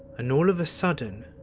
and all of a sudden,